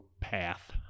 path